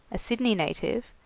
a sydney native,